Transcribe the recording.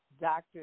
Doctor